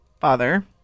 father